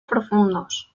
profundos